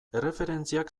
erreferentziak